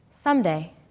someday